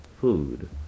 food